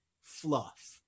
fluff